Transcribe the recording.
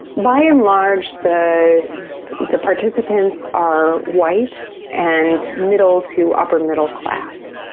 by and large the the participants are white and middle to upper middle class.